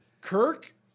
Kirk